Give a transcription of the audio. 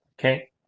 Okay